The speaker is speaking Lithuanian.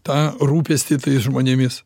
tą rūpestį tais žmonėmis